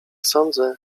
sądzę